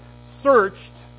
searched